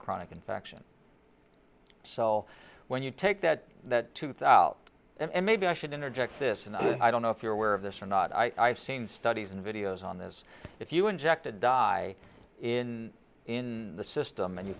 chronic infection so when you take that that tooth out and maybe i should interject this and i don't know if you're aware of this or not i've seen studies and videos on this if you inject a dye in in the system and you